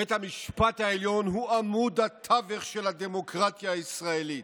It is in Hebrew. בית המשפט העליון הוא עמוד התווך של הדמוקרטיה הישראלית.